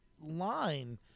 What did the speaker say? line